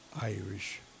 Irish